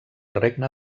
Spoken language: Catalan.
regne